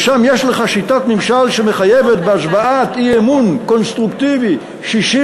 ושם יש לך שיטת ממשל שמחייבת בהצבעת אי-אמון קונסטרוקטיבי 61